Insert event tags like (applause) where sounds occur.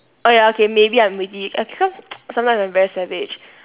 oh ya okay maybe I'm witty okay cause (noise) sometimes I'm very savage